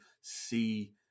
see